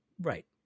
Right